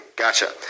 gotcha